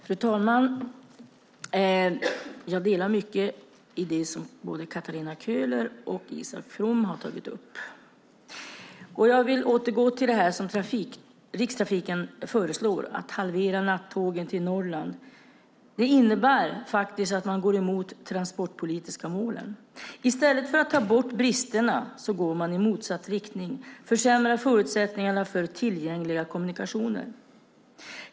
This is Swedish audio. Fru talman! Jag delar många av de åsikter Katarina Köhler och Isak From har fört fram. Jag vill återgå till det som Rikstrafiken föreslår: att halvera nattågstrafiken till Norrland. Det innebär faktiskt att man går emot de transportpolitiska målen. I stället för att ta bort bristerna går man i motsatt riktning och försämrar förutsättningarna för tillgängliga kommunikationer.